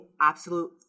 absolute